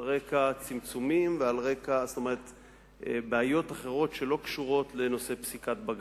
על רקע צמצומים ובעיות אחרות שלא קשורות לפסיקת בג"ץ.